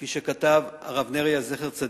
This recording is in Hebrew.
כפי שכתב הרב נריה זצ"ל.